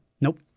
Nope